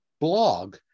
blog